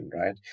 right